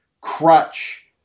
crutch